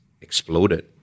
exploded